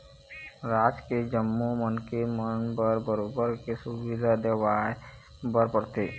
राज के जम्मो मनखे मन बर बरोबर के सुबिधा देवाय बर परथे